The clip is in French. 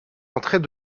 entrait